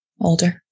older